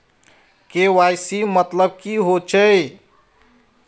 KYC मतलब की होचए?